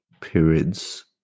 periods